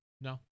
no